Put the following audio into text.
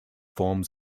forms